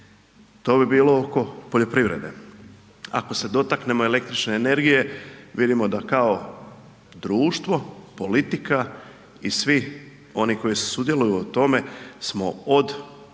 To bi bilo oko poljoprivrede. Ako se dotaknemo električne energije, vidimo da kao društvo, politika i svi koji sudjeluju u tome su od